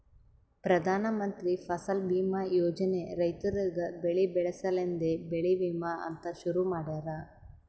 ಪ್ರಧಾನ ಮಂತ್ರಿ ಫಸಲ್ ಬೀಮಾ ಯೋಜನೆ ರೈತುರಿಗ್ ಬೆಳಿ ಬೆಳಸ ಸಲೆಂದೆ ಬೆಳಿ ವಿಮಾ ಅಂತ್ ಶುರು ಮಾಡ್ಯಾರ